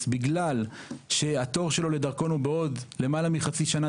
בגלל שהתור שלו לדרכון הוא בעוד למעלה מחצי שנה,